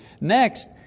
Next